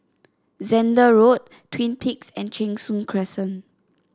Zehnder Road Twin Peaks and Cheng Soon Crescent